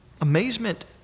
amazement